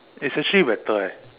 it's actually better eh